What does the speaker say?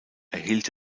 erhielt